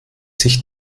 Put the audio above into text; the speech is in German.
sich